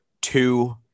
two